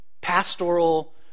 pastoral